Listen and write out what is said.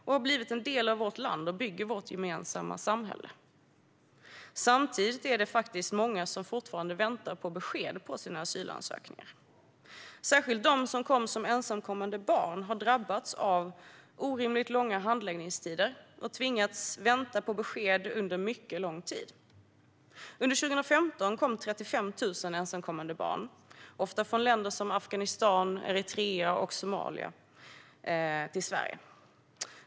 De har blivit en del av vårt land och i bygget av vårt gemensamma samhälle. Samtidigt är det många som fortfarande väntar på besked på sina asylansökningar. Särskilt de som kom som ensamkommande barn har drabbats av orimligt långa handläggningstider och tvingats vänta på besked under mycket lång tid. Under 2015 kom 35 000 ensamkommande barn till Sverige, ofta från länder som Afghanistan, Eritrea och Somalia.